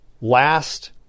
last